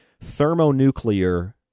thermonuclear